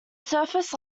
surface